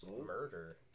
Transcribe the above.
murder